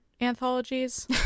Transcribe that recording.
anthologies